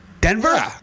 Denver